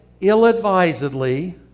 ill-advisedly